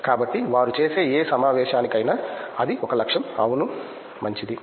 కాబట్టి వారు చేసే ఏ సమావేశానికైనా అది ఒక లక్ష్యం అవును మంచిది